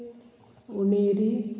उणीरी